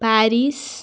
Paris